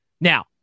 Now